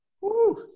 Woo